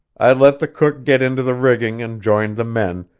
i let the cook get into the rigging and joined the men,